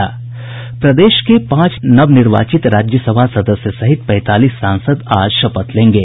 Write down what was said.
प्रदेश के पांच नव निर्वाचित राज्यसभा सदस्य सहित पैंतालीस सांसद आज शपथ लेंगे